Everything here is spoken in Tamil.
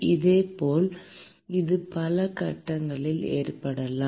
இதேபோல் இது பல கட்டங்களில் ஏற்படலாம்